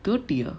dirty lah